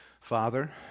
Father